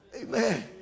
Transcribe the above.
Amen